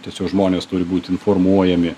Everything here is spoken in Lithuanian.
tiesiog žmonės turi būt informuojami